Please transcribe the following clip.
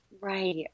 Right